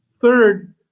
Third